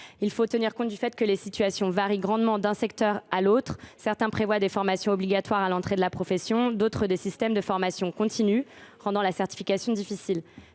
faut tenir compte du fait que les situations varient grandement d’un secteur à l’autre. Certains prévoient des formations obligatoires à l’entrée de la profession ; d’autres appliquent des systèmes de formation continue, ce qui rend la certification difficile.